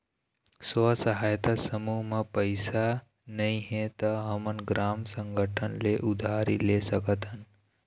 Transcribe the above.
स्व सहायता समूह म पइसा नइ हे त हमन ग्राम संगठन ले उधारी ले सकत हन